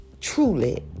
Truly